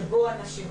שבו הנשים,